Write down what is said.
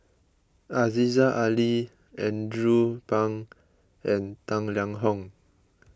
Aziza Ali Andrew Phang and Tang Liang Hong